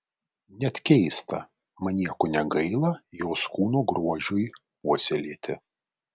net keista man nieko negaila jos kūno grožiui puoselėti